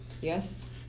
Yes